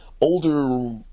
older